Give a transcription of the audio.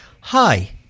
hi